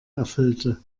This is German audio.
erfüllte